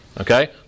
Okay